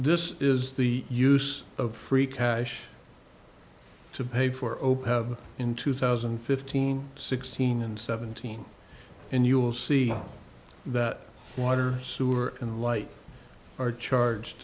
this is the use of free cash to pay for open in two thousand and fifteen sixteen and seventeen and you'll see that water sewer and light are charged